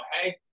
hey